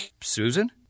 Susan